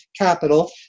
capital